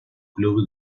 club